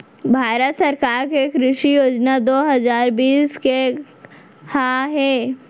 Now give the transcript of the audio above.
भारत सरकार के कृषि योजनाएं दो हजार बीस के का हे?